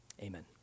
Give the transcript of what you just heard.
Amen